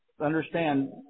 understand